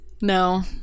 No